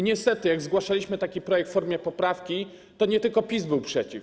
Niestety, jak zgłaszaliśmy taki projekt w formie poprawki, to nie tylko PiS był przeciw.